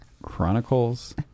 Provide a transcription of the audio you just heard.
Chronicles